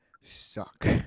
suck